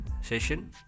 session